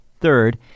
Third